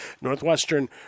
Northwestern